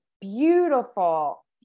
beautiful